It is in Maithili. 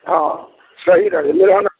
हँ सही रहै